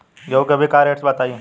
गेहूं के अभी का रेट बा बताई?